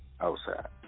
outside